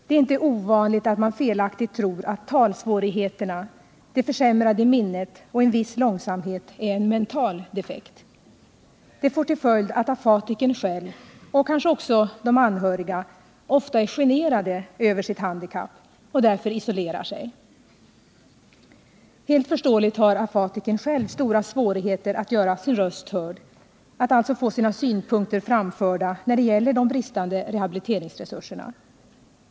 Det är inte ovanligt att man felaktigt tror att talsvårigheterna, det försämrade minnet och en viss långsamhet är en mental defekt. Det får till följd att afatikern själv — och kanske också de anhöriga — ofta är generade över handikappet och därför isolerar sig. Helt förståeligt har afatikern själv stora svårigheter att göra sin röst hörd — att alltså få sina synpunkter framförda när det gäller de bristande rehabiliteringsresurserna.